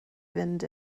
fynd